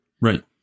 Right